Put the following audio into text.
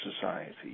society